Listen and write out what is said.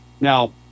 now